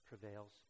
prevails